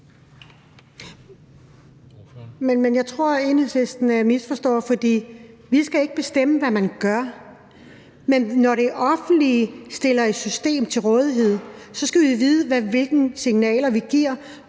Men jeg tror, at Enhedslisten misforstår det. For vi skal ikke bestemme, hvad man gør, men når det offentlige stiller et system til rådighed, så skal vi vide, hvilke signaler vi giver,